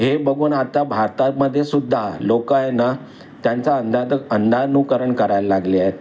हे बघून आता भारतामधेसुद्धा लोकं आहे ना त्यांचा अंदान अंधानुकरण करायला लागले आहेत